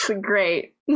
Great